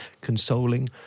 consoling